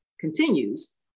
continues